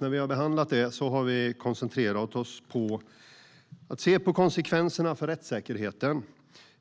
När vi har behandlat detta har vi koncentrerat oss på att se på konsekvenserna för rättssäkerheten